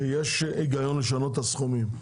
שיש היגיון לשנות את הסכומים,